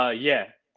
ah yeah.